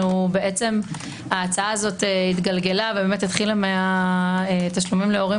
ההצעה הזאת התחילה מהתשלומים להורים